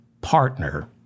partner